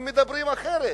הם מדברים אחרת,